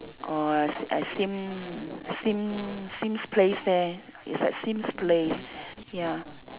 orh at s~ at Sim Sim Sims place there it's at Sims Place ya